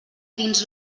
dins